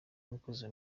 umukozi